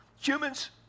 Humans